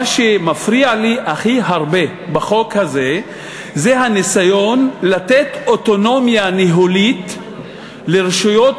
מה שהכי מפריע לי בחוק הזה זה הניסיון לתת אוטונומיה ניהולית לרשויות